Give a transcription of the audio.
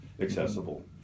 accessible